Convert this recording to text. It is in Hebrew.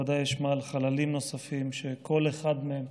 ודאי אשמע על חללים נוספים, שכל אחד מהם